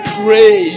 pray